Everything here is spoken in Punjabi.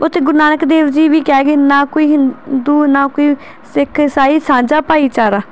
ਅਤੇ ਗੁਰੂ ਨਾਨਕ ਦੇਵ ਜੀ ਵੀ ਕਹਿ ਗਏ ਨਾ ਕੋਈ ਹਿੰਦੂ ਨਾ ਕੋਈ ਸਿੱਖ ਇਸਾਈ ਸਾਂਝਾ ਭਾਈਚਾਰਾ